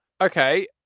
Okay